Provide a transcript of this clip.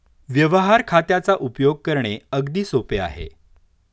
व्यवहार खात्याचा उपयोग करणे अगदी सोपे आहे